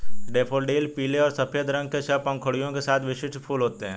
daffodil पीले और सफ़ेद रंग के छह पंखुड़ियों के साथ विशिष्ट फूल होते हैं